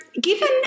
given